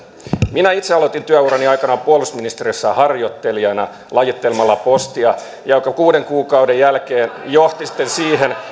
minä itse aloitin työurani aikanaan puolustusministeriössä harjoittelijana lajittelemalla postia mikä kuuden kuukauden jälkeen johti sitten siihen